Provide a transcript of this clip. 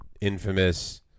infamous